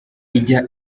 ijya